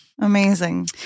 Amazing